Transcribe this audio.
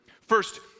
First